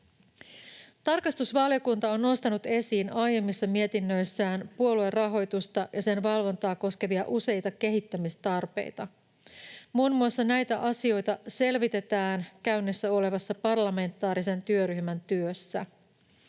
Tarkastusvaliokunta on nostanut esiin aiemmissa mietinnöissään puoluerahoitusta ja sen valvontaa koskevia useita kehittämistarpeita. Muun muassa näitä asioita selvitetään käynnissä olevassa parlamentaarisen työryhmän työssä.